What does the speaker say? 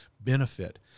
benefit